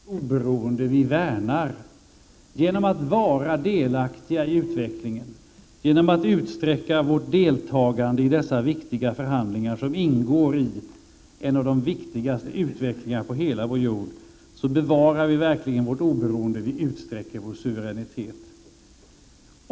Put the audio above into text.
Herr talman! Det är just vårt oberoende som vi värnar om genom att vara delaktiga i utvecklingen. Genom att utöka Sveriges deltagande i dessa viktiga förhandlingar som ingår i en utveckling som är en av de mest betydelsefulla på vår jord bevarar vi vårt oberoende och utsträcker vår suveränitet.